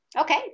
Okay